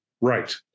Right